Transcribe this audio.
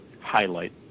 highlight